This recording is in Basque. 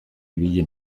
ibili